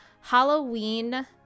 Halloween